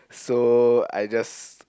so I just